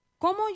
Cómo